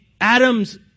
Adam's